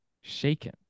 shaken